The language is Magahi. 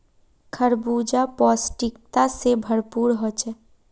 खरबूजा पौष्टिकता से भरपूर होछे